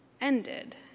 ended